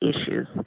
issues